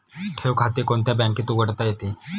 ठेव खाते कोणत्या बँकेत उघडता येते?